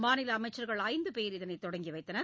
மாநில அமைச்சர்கள் ஐந்து பேர் இதனைத் தொடங்கி வைத்தனர்